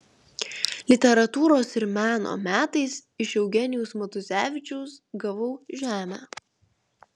literatūros ir meno metais iš eugenijaus matuzevičiaus gavau žemę